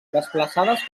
desplaçades